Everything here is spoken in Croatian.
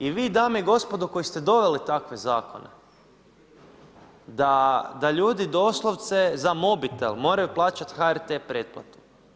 I vi dame i gospodo koji ste doveli takve zakone, da ljudi doslovce za mobitel moraju plaćati HRT pretplatu.